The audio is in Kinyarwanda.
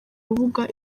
rubuga